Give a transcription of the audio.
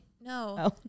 No